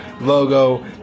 logo